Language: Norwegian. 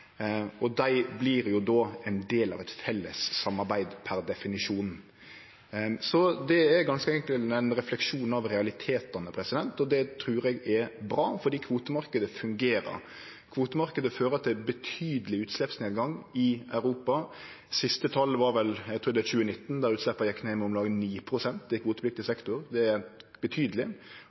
definisjon. Det er ganske enkelt ein refleksjon av realitetane, og det trur eg er bra, for kvotemarknaden fungerer. Kvotemarknaden fører til betydeleg utsleppsnedgang i Europa. Det siste talet var vel frå 2019, då utsleppa gjekk ned med om lag 9 pst. i kvotepliktig sektor. Det er betydeleg.